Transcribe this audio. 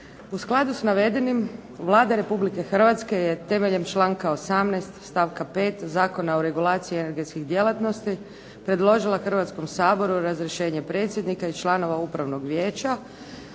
U skladu s navedenim Vlada Republike Hrvatske je temeljem članka 18. stavka 5. Zakona o regulaciji energetskih djelatnosti predložila Hrvatskom saboru razrješenje predsjednika i članova upravnog vijeća,